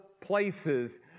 places